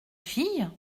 fille